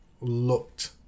looked